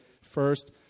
first